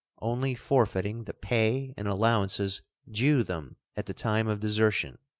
only forfeiting the pay and allowances due them at the time of desertion,